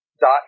dot